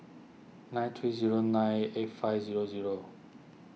nine three zero nine eight five zero zero